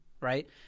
right